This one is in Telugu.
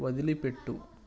వదిలిపెట్టు